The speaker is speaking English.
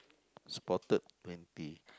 spotted twenty